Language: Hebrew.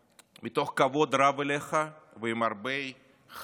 כבוד רב אליך ועם הרבה חרדה וכאב.